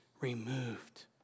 removed